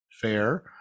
Fair